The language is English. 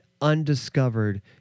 undiscovered